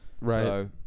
right